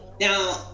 Now